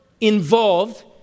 involved